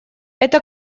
эта